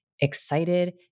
excited